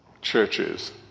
churches